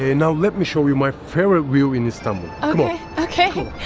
ah now lemme show you my favorite view in istanbul um i mean